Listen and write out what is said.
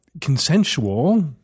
consensual